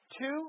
Two